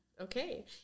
Okay